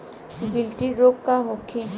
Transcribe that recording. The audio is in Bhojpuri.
गिल्टी रोग का होखे?